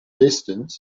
distance